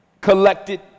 collected